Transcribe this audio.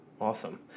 Awesome